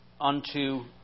unto